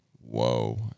Whoa